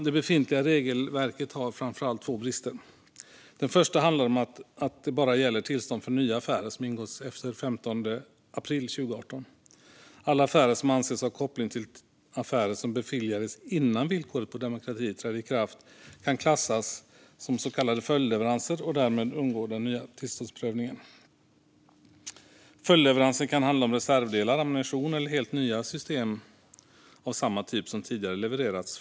Det befintliga regelverket har framför allt två brister. Den första handlar om att det bara gäller tillstånd för nya affärer som ingåtts efter den 15 april 2018. Alla affärer som anses ha en koppling till affärer som beviljades innan villkoret om demokrati trädde i kraft kan klassas som så kallade följdleveranser och därmed undgå den nya tillståndsprövningen. Följdleveranser kan handla om reservdelar, ammunition eller helt nya system av samma typ som tidigare levererats.